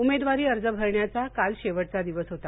उमेदवारी अर्ज भरण्याचा काल शेवटचा दिवस होता